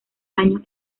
años